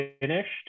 finished